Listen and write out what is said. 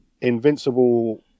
Invincible